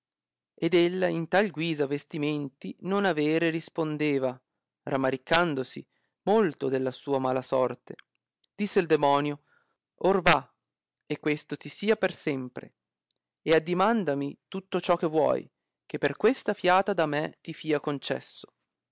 ed ella di tal guisa vestimenti non avere rispondeva ramaricandosi molto della sua mala sorte disse il demonio or va e questo ti sia per sempre e addimandami tutto ciò che vuoi che per questa fiata da me ti fia concesso